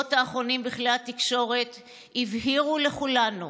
בשבועות האחרונים בכלי התקשורת הבהירו לכולנו